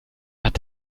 hat